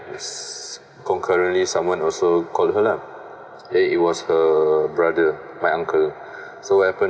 concurrently someone also call her lah eh it was her brother my uncle so happen